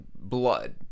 blood